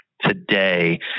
today